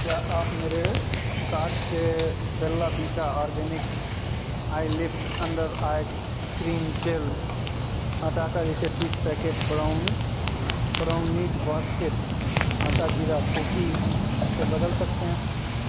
क्या आप मेरे कार्ट से Bella Vita organic eyelift under eye cream gel हटाकर इसे तीस packet brow brownies basket atta jeera cookies से बदल सकते हैं